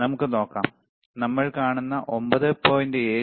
നമുക്ക് നോക്കാം നമ്മൾ കാണുന്നത് 9